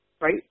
right